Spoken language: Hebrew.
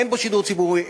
אין בו שידור ציבורי,